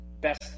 best